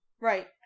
Right